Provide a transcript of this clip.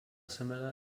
similar